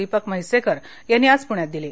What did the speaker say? दीपक म्हैसेकर यांनी आज पुण्यात दिली